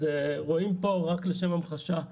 רואים פה, רק לשם המחשה,